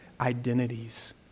identities